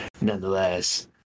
Nonetheless